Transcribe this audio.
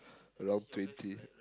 around twenty